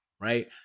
right